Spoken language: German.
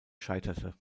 scheiterte